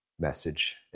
message